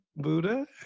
Buddha